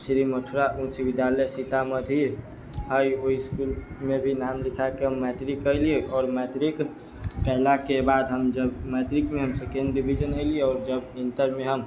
श्री मथुरा उच्च विद्यालय सीतामढ़ी हय ओहि इसकुल मे भी नाम लिखाए के हम मैट्रिक कैली आओर मैट्रिक कयलाके बाद हम जब मैट्रिक मे हम सेकंड डिवीज़न अइली आओर जब इन्टर मे हम